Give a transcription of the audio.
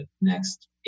next